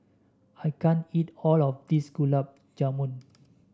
I can't eat all of this Gulab Jamun